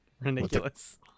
Ridiculous